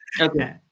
Okay